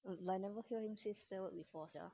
um like never hear him said sad word before sia